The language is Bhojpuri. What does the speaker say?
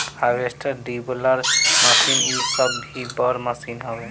हार्वेस्टर, डिबलर मशीन इ सब भी बड़ मशीन हवे